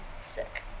sick